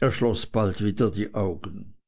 er schloß bald wieder die augen